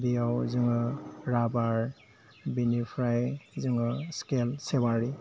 बेयाव जोङो राबार बेनिफ्राय जोङो स्केल सेवारि